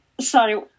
Sorry